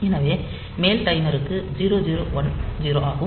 எனவே மேல் டைமர் க்கு 0 0 1 0 ஆகும்